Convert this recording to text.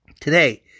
today